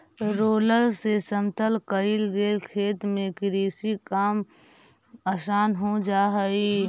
roller से समतल कईल गेल खेत में कृषि काम आसान हो जा हई